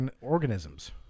organisms